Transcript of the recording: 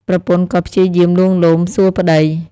ប្រពន្ធក៏ព្យាយាមលួងលោមសួរប្ដី។